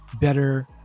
better